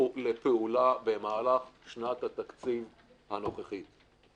לפעולה במהלך שנת התקציב הנוכחית.